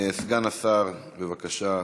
סגן השר, בבקשה.